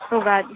Ugadi